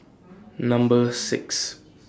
Number six